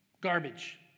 Garbage